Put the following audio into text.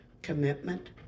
commitment